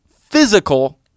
physical